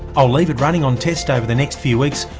i'll leave it running on test over the next few weeks,